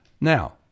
Now